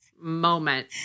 moment